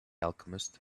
alchemist